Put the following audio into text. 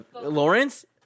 Lawrence